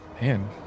Man